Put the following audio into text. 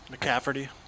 McCafferty